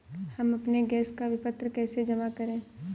हम अपने गैस का विपत्र कैसे जमा करें?